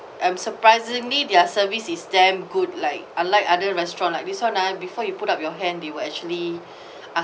and surprisingly their service is damn good like unlike other restaurant like this [one] ah before you put up your hand they will actually